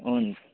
हुन्छ